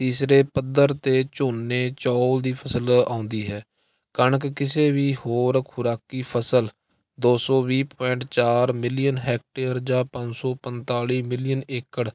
ਤੀਸਰੇ ਪੱਧਰ 'ਤੇ ਝੋਨੇ ਚੌਲ ਦੀ ਫਸਲ ਆਉਂਦੀ ਹੈ ਕਣਕ ਕਿਸੇ ਵੀ ਹੋਰ ਖੁਰਾਕੀ ਫਸਲ ਦੋ ਸੌ ਵੀਹ ਪੁਆਇੰਟ ਚਾਰ ਮਿਲੀਅਨ ਹੈਕਟੇਅਰ ਜਾਂ ਪੰਜ ਸੌ ਪੰਤਾਲੀ ਮਿਲੀਅਨ ਏਕੜ